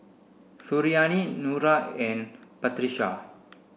Suriani Nura and Batrisya